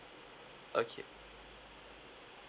okay